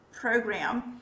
program